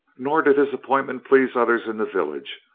nor did his appointment please others in the village,